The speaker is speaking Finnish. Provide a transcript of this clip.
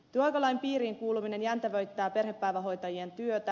työaikalain piiriin kuuluminen jäntevöittää perhepäivähoitajien työtä